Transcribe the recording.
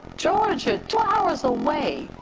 georgia two hours away.